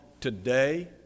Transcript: today